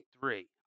three